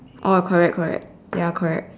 oh correct correct ya correct